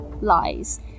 lies